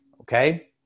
Okay